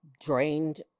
drained